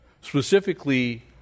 specifically